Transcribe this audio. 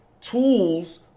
tools